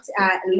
let